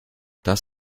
das